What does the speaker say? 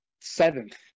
seventh